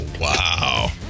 wow